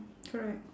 correct